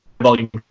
volume